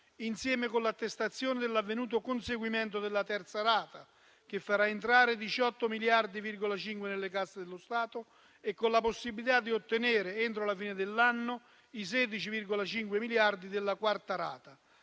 insieme all'attestazione dell'avvenuto conseguimento della terza rata, che farà entrare 18,5 miliardi nelle casse dello Stato e con la possibilità di ottenere entro la fine dell'anno i 16,5 miliardi della quarta rata.